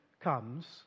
comes